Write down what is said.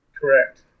Correct